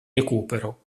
recupero